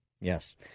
Yes